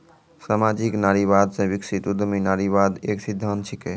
सामाजिक नारीवाद से विकसित उद्यमी नारीवाद एक सिद्धांत छिकै